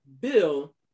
bill